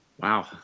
Wow